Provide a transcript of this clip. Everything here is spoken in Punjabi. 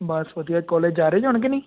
ਬਸ ਵਧੀਆ ਕੋਲੇਜ ਜਾ ਰਹੇ ਜਾਂ ਹੁਣ ਕਿ ਨਹੀਂ